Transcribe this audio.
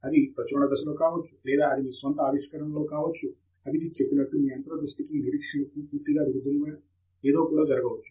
అది ప్రచురణ దశలో కావచ్చు లేదా అది మీ స్వంత ఆవిష్కరణలో కావచ్చు అబిజిత్ చెప్పినట్లు మీ అంతర్ దృష్టికి నిరీక్షణకు పూర్తిగా విరుద్ధముగా ఏదో కూడా జరగవచ్చు